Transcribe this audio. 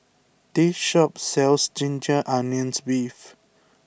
this shop sells Ginger Onions Beef